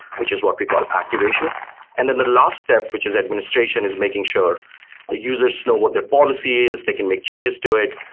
which is what we call activation and then the last step which is administration is making sure the users know what their policy is, they can make changes to it.